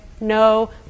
No